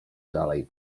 dalej